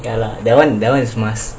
that one is must